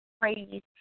praise